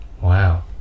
Wow